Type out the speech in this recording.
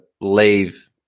leave